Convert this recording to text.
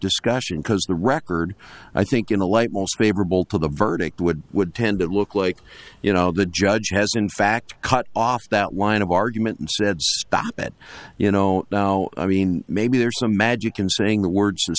discussion because the record i think in the light most favorable to the verdict would would tend to look like you know the judge has in fact cut off that wind of argument and said that you know now i mean maybe there's some magic in saying the word